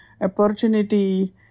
opportunity